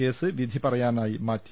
case വിധി പറയാനായി മാറ്റി